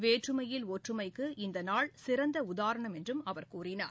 வேற்றுமையில் ஒற்றுமைக்கு இந்தநாள் சிறந்தஉதாரணம் என்றும் அவர் கூறினார்